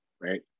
right